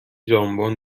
ژامبون